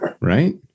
right